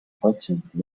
patsienti